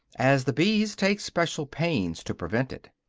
as the bees take special pains to prevent it.